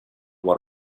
what